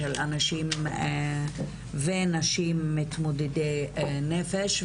ונשים מתמודדות נפש.